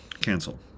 Cancel